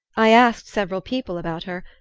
i asked several people about her,